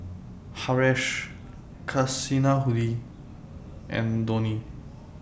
Haresh Kasinadhuni and Dhoni